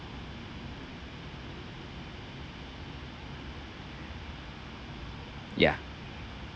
ya